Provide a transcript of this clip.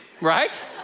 right